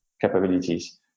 capabilities